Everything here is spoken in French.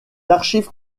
archives